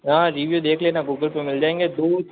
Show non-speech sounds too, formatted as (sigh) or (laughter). हाँ रिव्यू देख लेना गूगल पर मिल जाएँगे (unintelligible)